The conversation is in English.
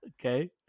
okay